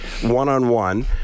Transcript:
one-on-one